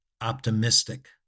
optimistic